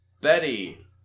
Betty